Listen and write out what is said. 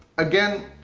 again,